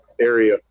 area